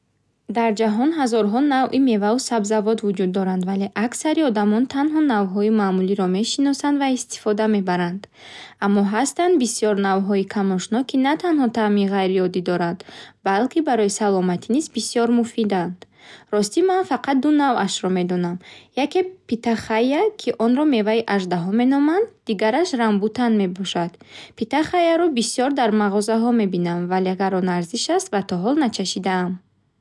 Дар ҷаҳон ҳазорҳо навъи меваву сабзавот вуҷуд доранд, вале аксари одамон танҳо навъҳои маъмулиро мешиносанд ва истифода мебаранд. Аммо ҳастанд бисёр навъҳои камошно, ки на танҳо таъми ғайриодӣ доранд, балки барои саломатӣ низ бисёр муфиданд. Ростӣ ман факат ду навъашро медонам. Яке питахайя, ки онро меваи аждаҳо меноманд, дигараш рамбутан мебошад. Питахайяро бисёр дар мағозаҳо мебинам, вале гаронарзиш аст ва то ҳол начашидаам.